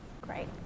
Great